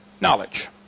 knowledge